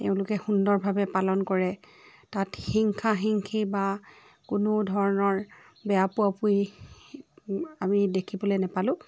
তেওঁলোকে সুন্দৰভাৱে পালন কৰে তাত হিংসা হিংসি বা কোনো ধৰণৰ বেয়া পোৱা পুই আমি দেখিবলৈ নেপালোঁ